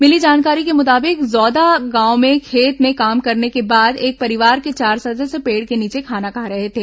मिली जानकारी के मुताबिक जौदा गांव में खेत में काम करने के बाद एक परिवार के चार सदस्य पेड़ के नीचे खाना खा रहे थे